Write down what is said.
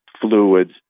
fluids